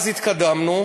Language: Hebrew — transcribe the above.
אז התקדמנו,